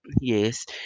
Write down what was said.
Yes